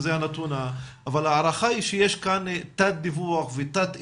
אבל ההערכה היא שיש כאן תת דיווח ותת איתור,